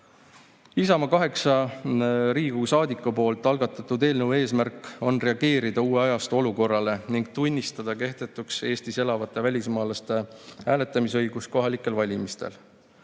kaheksa Riigikogu liikme algatatud eelnõu eesmärk on reageerida uue ajastu olukorrale ning tunnistada kehtetuks Eestis elavate välismaalaste hääletamisõigus kohalikel valimistel.